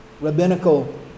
rabbinical